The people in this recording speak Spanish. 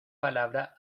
palabra